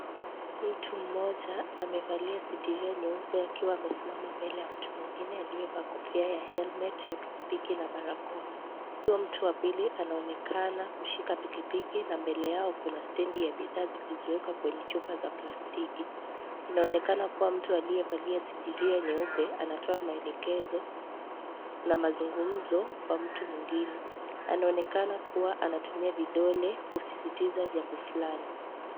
Mtu mmoja amevalia sindira nyeupe akiwa amesimama mbele ya mtu mwingine aliye vaa kofia ya helmet ya pikipiki na barakoa, huyo mtu wa pili anaonekana kushika pikipiki na mbele yao kuna stendi ya bidhaa zilizo wekwa kwenye chupa za plastiki, inaonekana kuwa mtu aliyevalia sindiria nyeupe anatoa maelekezo na mazungumzo kwa mtu mwingine anaonekana kuwa anatumia vidole kusisitiza jambo fulani.